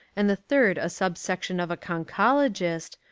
and the third a subsection of a conchologist,